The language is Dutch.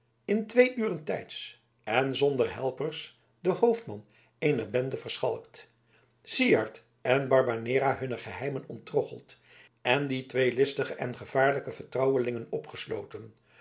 in twee uren tijds en zonder helpers den hoofdman eener bende verschalkt syard en barbanera hunne geheimen onttroggeld en die twee listige en gevaarlijke vertrouwelingen opgesloten